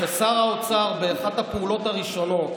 כששר האוצר באחת הפעולות הראשונות